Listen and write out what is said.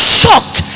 shocked